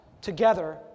together